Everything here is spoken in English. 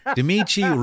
Dimitri